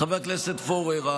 חבר הכנסת פורר,